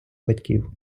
батьків